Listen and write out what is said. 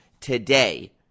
today